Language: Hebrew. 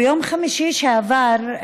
ביום חמישי שעבר,